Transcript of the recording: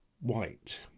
white